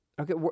Okay